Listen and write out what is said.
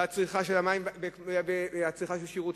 הצריכה של המים והצריכה של השירותים,